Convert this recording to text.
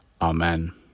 Amen